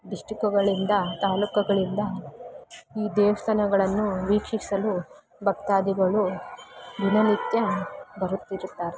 ಡಿಸ್ಟಿಕುಗಳಿಂದ ತಾಲೂಕುಗಳಿಂದ ಈ ದೇವಸ್ಥಾನಗಳನ್ನು ವೀಕ್ಷಿಸಲು ಭಕ್ತಾದಿಗಳು ದಿನನಿತ್ಯ ಬರುತ್ತಿರುತ್ತಾರೆ